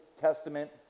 Testament